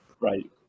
Right